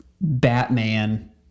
Batman